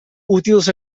útils